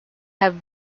have